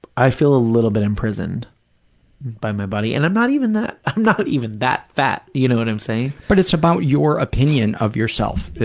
i feel a little bit imprisoned by my body, and i'm not even that, i'm not even that fat, you know what i'm saying. but it's about your opinion of yourself